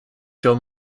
joe